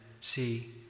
see